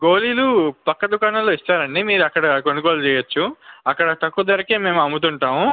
గోళీలు పక్కా దుకాణంలో ఇస్తారు అండి మీరు అక్కడ కొనుగోలు చేయవచ్చు అక్కడ తక్కువ ధరకే మేము అమ్ము ఉంటాము